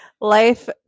life